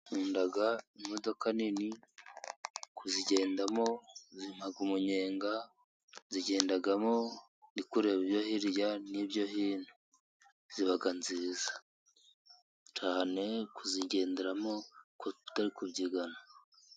Nkunda imodoka nini kuzigendamo zimpa umunyenga, nzigendamo ndikureba ibyo hirya no hino, ziba nziza. Cyane kuzigenderamo kuko tuba tutari kubyigana.